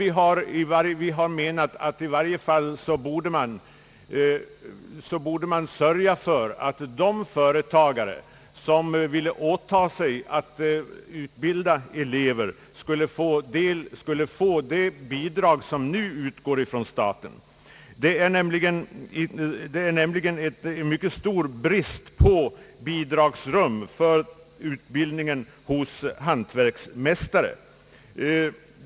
Vi menar dock att man i varje fall bör sörja för att de företagare som vill åtaga sig att utbilda elever skall få det statsbidrag som nu utgår. Det råder en mycket stor brist på bidragsrum för utbildning hos hantverksmästare.